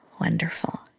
Wonderful